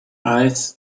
eyes